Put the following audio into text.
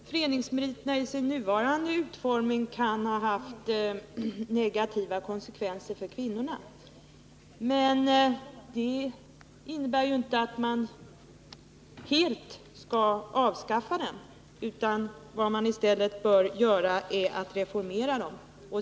Herr talman! Jag har inte förnekat att — vilket också framgår av vår motion — föreningsmeriterna i sin nuvarande utformning kan ha haft negativa konsekvenser för kvinnorna. Men det innebär ju inte att man helt skall avskaffa dem. Vad man i stället bör göra är att reformera dem.